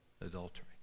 adultery